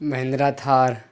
Mahindra Thar